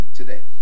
today